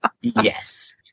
yes